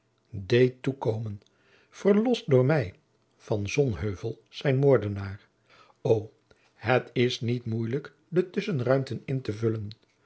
deed toekomen verlost door mij van sonheuvel zijn moordenaar o het is niet moeilijk de tusschenruimten in te vullen